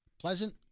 pleasant